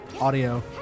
audio